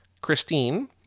Christine